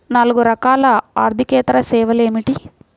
నాలుగు రకాల ఆర్థికేతర సేవలు ఏమిటీ?